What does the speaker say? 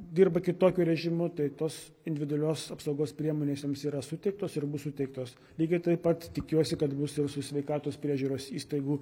dirba kitokiu režimu tai tos individualios apsaugos priemonės joms yra suteiktos ir bus suteiktos lygiai taip pat tikiuosi kad bus ir su sveikatos priežiūros įstaigų